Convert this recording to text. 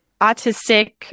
autistic